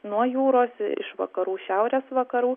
nuo jūros iš vakarų šiaurės vakarų